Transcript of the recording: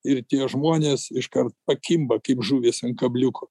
ir tie žmonės iškart pakimba kaip žuvys ant kabliuko